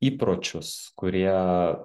įpročius kurie